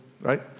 right